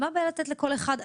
הבעיה לתת לכל אחד?